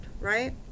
right